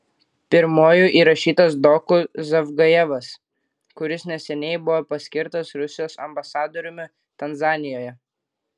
pirmuoju įrašytas doku zavgajevas kuris neseniai buvo paskirtas rusijos ambasadoriumi tanzanijoje